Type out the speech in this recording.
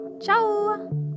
Ciao